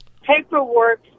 paperwork